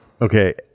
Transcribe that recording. Okay